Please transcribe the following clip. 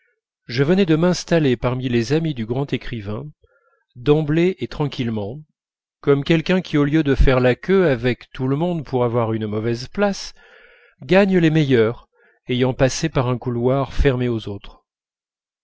je venais de m'installer parmi les amis du grand écrivain d'emblée et tranquillement comme quelqu'un qui au lieu de faire la queue avec tout le monde pour avoir une mauvaise place gagne les meilleures ayant passé par un couloir fermé aux autres